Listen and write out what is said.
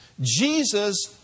Jesus